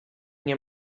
nie